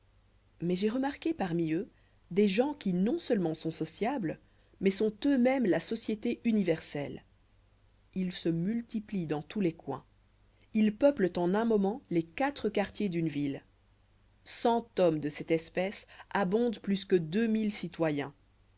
mais j'ai remarqué parmi eux des gens qui non-seulement sont sociables mais sont eux-mêmes la société universelle ils se multiplient dans tous les coins et peuplent en un instant les quatre quartiers d'une ville cent hommes de cette espèce abondent plus que deux mille citoyens